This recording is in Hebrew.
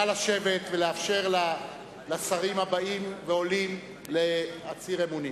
נא לשבת ולאפשר לשרים הבאים ועולים להצהיר אמונים.